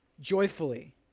joyfully